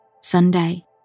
Sunday